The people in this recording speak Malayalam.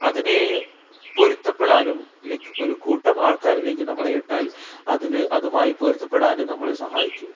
അതിനെ പൊരുത്തപ്പെടാനും ലൈക്ക് ഒരു കൂട്ടം ആൾക്കാരിലേക്ക് നമ്മളെ ഇട്ടാൽ അതിൽ അതുമായി പൊരുത്തപ്പെടാനും നമ്മളെ സഹായിക്കും